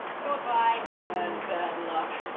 goodbye and bad luck!